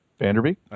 Vanderbeek